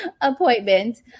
appointment